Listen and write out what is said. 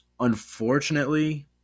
Unfortunately